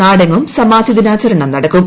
നാടെങ്ങും സമാധി ദിനാചരണം നടക്കും